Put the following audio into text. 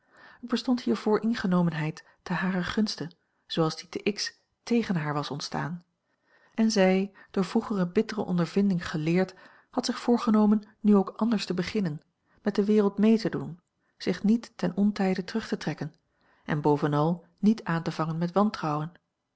er bestond hier vooringenomenheid te harer gunste zooals die te x tegen haar was ontstaan en zij door vroegere bittere ondervinding geleerd had zich voora l g bosboom-toussaint langs een omweg genomen nu ook anders te beginnen met de wereld mee te doen zich niet ten ontijde terug te trekken en bovenal niet aan te vangen met wantrouwen